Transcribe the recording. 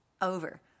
Over